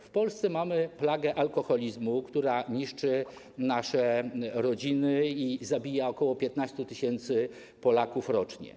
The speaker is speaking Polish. W Polsce mamy plagę alkoholizmu, która niszczy nasze rodziny i zabija ok. 15 tys. Polaków rocznie.